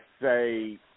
say